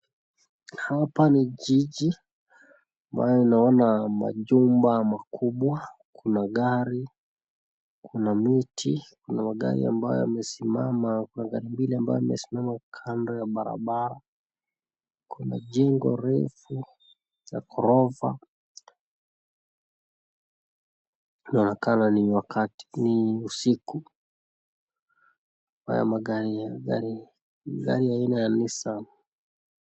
Hapa ni jiji ambayo ninaona majumba makubwa, magari, kuna miti, kuna magari ambayo yamesimama gari mbili ambayo imesimama kando ya barabara. Kuna jengo refu ya ghorofa inaonekana ni wakati wa usiku ambayo gari aina ya Nissan.